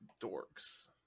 dorks